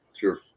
sure